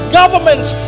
governments